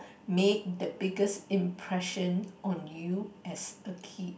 made the biggest impression on you as a kid